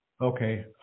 okay